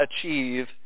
achieve